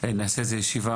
זה חשוב שנעשה ישיבה,